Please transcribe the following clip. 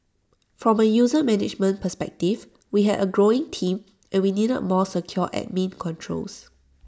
from A user management perspective we had A growing team and we needed A more secure admin controls